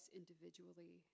individually